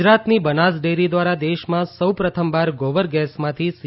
ગુજરાતની બનાસડેરી દ્વારા દેશમાં સૌ પ્રથમવાર ગોબર ગેસમાંથી સી